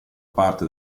parte